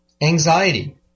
anxiety